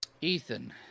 Ethan